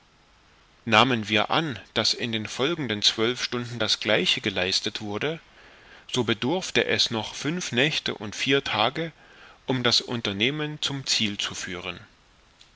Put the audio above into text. nahmen wir an daß in den folgenden zwölf stunden das gleiche geleistet wurde so bedurfte es noch fünf nächte und vier tage um das unternehmen zum ziel zu führen